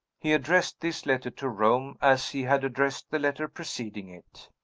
he addressed this letter to rome, as he had addressed the letter preceding it.